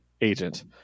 agent